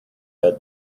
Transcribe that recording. her